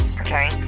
okay